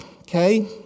okay